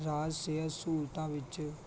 ਰਾਜ ਸਿਹਤ ਸਹੂਲਤਾਂ ਵਿੱਚ